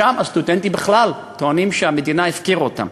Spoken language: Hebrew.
שם הסטודנטים בכלל טוענים שהמדינה הפקירה אותם.